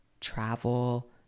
travel